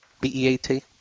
B-E-A-T